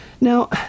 Now